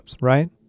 right